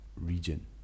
region